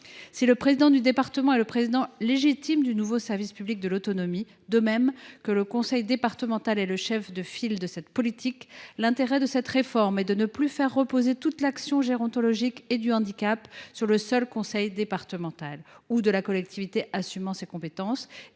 Si le président du département est le président légitime du nouveau service public de l’autonomie, de même que le conseil départemental est le chef de file de cette politique, l’intérêt de cette réforme est de ne plus faire reposer toute l’action gérontologique et du handicap sur le seul conseil départemental ou sur la collectivité assumant cette compétence,